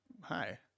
hi